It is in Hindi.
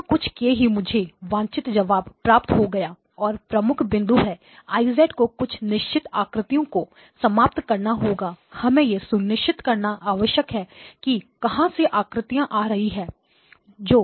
बिना कुछ किए ही मुझे वंचित जवाब प्राप्त हो गया और प्रमुख बिंदु है I को कुछ निश्चित आकृतियों को समाप्त करना होगा हमें यह सुनिश्चित करना आवश्यक है कि कहासे आकृतियां आ रही हैं